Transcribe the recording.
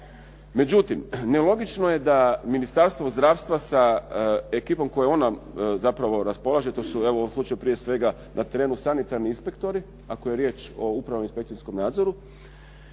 Međutim, nelogično je da Ministarstvo zdravstva sa ekipom kojom ona zapravo raspolaže, to su evo u ovom slučaju prije svega na terenu sanitarni inspektori, ako je riječ o upravnom inspekcijskom nadzoru,